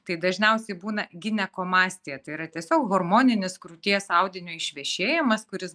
tai dažniausiai būna ginekomastija tai yra tiesiog hormoninis krūties audinio išvešėjimas kuris